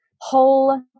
whole